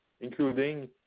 including